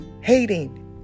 hating